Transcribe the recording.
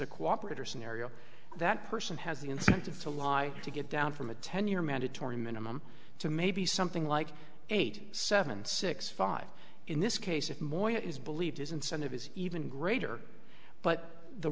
a cooperator scenario that person has the incentive to lie to get down from a ten year mandatory minimum to maybe something like eight seven six five in this case if more is believed is incentive is even greater but the